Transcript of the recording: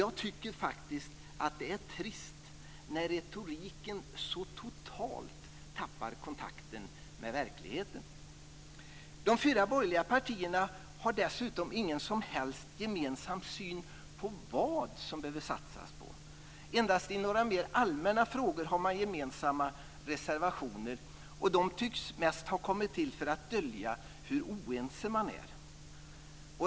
Jag tycker faktiskt att det är trist när retoriken så totalt tappar kontakten med verkligheten. De fyra borgerliga partierna har dessutom ingen som helst gemensam syn på vad man behöver satsa på. Endast i några mer allmänna frågor har man gemensamma reservationer, och de tycks mest ha kommit till för att dölja hur oense man är.